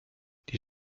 die